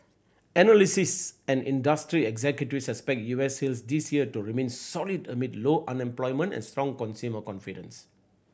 analysts and industry executives expect U S sales this year to remain solid amid low unemployment and strong consumer confidence